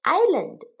island